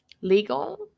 legal